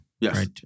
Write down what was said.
Yes